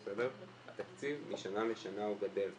התקציב משנה לשנה הוא גדל,